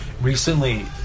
Recently